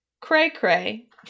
cray-cray